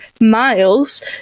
miles